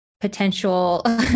potential